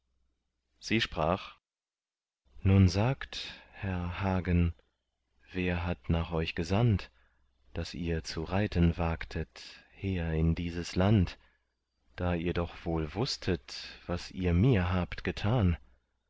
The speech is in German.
sie sprach nun sagt herr hagen wer hat nach euch gesandt daß ihr zu reiten wagtet her in dieses land da ihr doch wohl wußtet was ihr mir habt getan